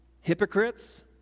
hypocrites